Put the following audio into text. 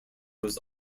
was